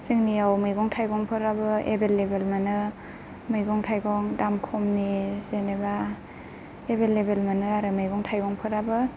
जोंनिआव मैगं थाइगंफोराबो एभेलेबोल मोनो मैगं थाइगं दाम खमनि जेनबा एभेलेबोल मोनो आरो मैगं थायगंफोराबो